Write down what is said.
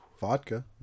vodka